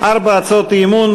ארבע הצבעות אי-אמון,